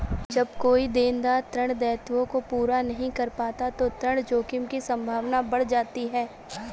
जब कोई देनदार ऋण दायित्वों को पूरा नहीं कर पाता तो ऋण जोखिम की संभावना बढ़ जाती है